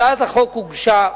הצעת החוק הוגשה,